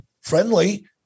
friendly